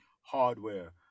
hardware